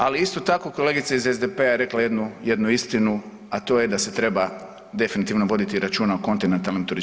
Ali isto tako kolegica iz SDP-a je rekla jednu istinu, a to je da se treba definitivno voditi računa o kontinentalnim TZ.